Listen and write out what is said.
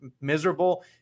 miserable